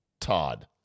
Todd